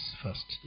first